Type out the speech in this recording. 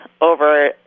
over